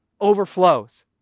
overflows